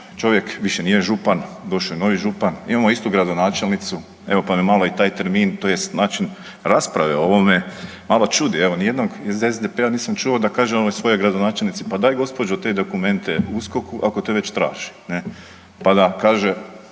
čovjek više nije župan, došao je novi župan, imamo istu gradonačelnicu evo pa me malo i taj termin tj. način rasprave o ovome malo čudi, evo nijednog iz SDP-a nisam čuo da kaže onoj svojoj gradonačelnici pa daj gospođo te dokumente USKOK-u ako te već traži ne, pa da kaže